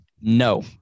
No